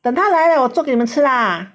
等他来了我做给你们吃啦